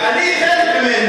אני חלק ממנו.